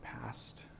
past